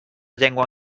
llengua